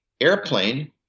airplane